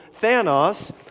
Thanos